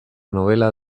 novela